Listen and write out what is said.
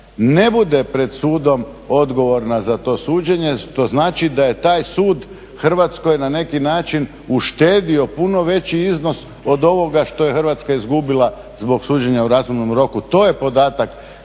ne bude pred sudom odgovorna za to suđenje što znači da je taj sud Hrvatskoj na neki način uštedio puno veći iznos od ovoga što je Hrvatska izgubila zbog suđenja u razumnom roku. To je podatak